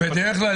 בדרך כלל,